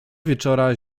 wieczora